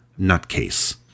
nutcase